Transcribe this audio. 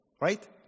right